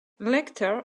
lecter